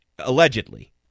allegedly